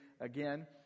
again